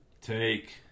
Take